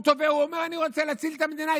הוא אומר: אני רוצה להציל את המדינה,